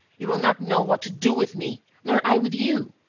you will not know what to do with me nor i with you.